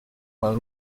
while